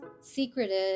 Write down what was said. secretive